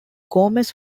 gomez